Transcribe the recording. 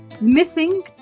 missing